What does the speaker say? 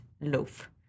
loaf